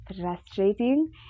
frustrating